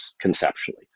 conceptually